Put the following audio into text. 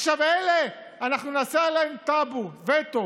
עכשיו אלה, אנחנו נעשו עליהם טאבו, וטו.